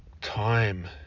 time